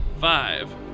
Five